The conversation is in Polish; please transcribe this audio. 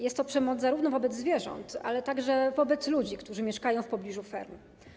Jest to przemoc zarówno wobec zwierząt, jak i wobec ludzi, którzy mieszkają w pobliżu ferm.